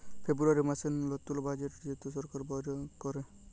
ফেব্রুয়ারী মাসের লতুল বাজেট যেট সরকার বাইর ক্যরে